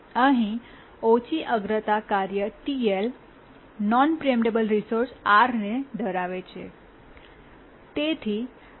અહીં ઓછી અગ્રતા કાર્ય TL non preemptible resource R ને ધરાવે છે